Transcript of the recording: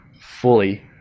fully